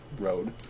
road